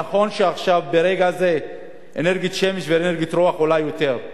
נכון שעכשיו ברגע זה אנרגיית שמש ואנרגיית רוח עולות יותר,